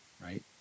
right